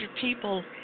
people